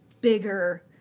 bigger